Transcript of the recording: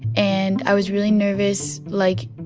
and i was really nervous. like,